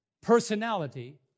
personality